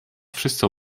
wszyscy